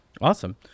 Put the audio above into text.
Awesome